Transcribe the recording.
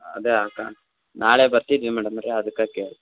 ಅದೇ ಆಗ ನಾಳೆ ಬರ್ತಿದ್ವಿ ಮೇಡಮವ್ರೇ ಅದಕ್ಕೆ ಕೇಳಿ